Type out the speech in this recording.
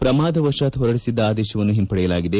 ಪ್ರಮಾದವಶಾತ್ ಹೊರಡಿಸಿದ್ದ ಆದೇಶವನ್ನು ಹಿಂಪಡೆಯಲಾಗಿದೆ